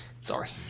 Sorry